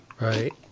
Right